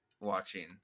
watching